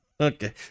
Okay